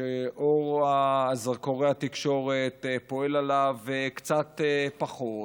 שאור זרקורי התקשורת פועל עליו קצת פחות,